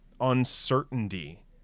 uncertainty